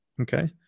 Okay